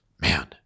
man